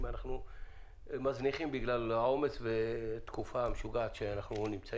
הקמת ועדות המשנה